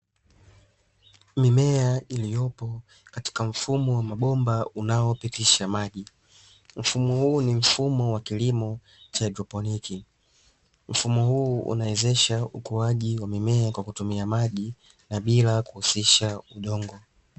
Mimea iliyopo katika mfumo wa mabomba unaopotisha maji, mfumo huu ni wa kilimo cha hidroponiki, mfumo huu unawezesha ukuaji wa mimea kwa kutumia maji bila kuhusisha udongo.